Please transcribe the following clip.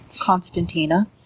Constantina